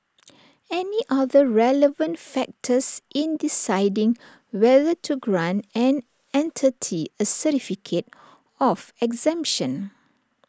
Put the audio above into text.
any other relevant factors in deciding whether to grant an entity A certificate of exemption